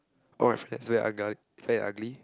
all your friends very ug~ very ugly